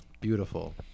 beautiful